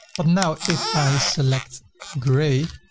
but now if i select gray,